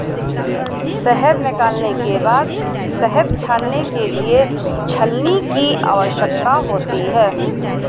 शहद निकालने के बाद शहद छानने के लिए छलनी की आवश्यकता होती है